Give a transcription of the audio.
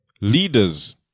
Leaders